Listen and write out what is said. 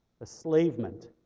enslavement